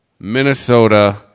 Minnesota